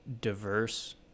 diverse